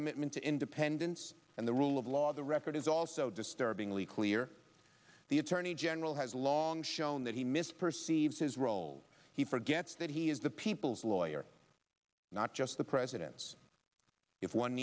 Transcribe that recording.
commitment to independence and the rule of law the record is also disturbingly clear the attorney general has long shown that he misperceives his role he forgets that he is the people's lawyer not just the president's if one